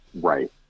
Right